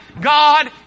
God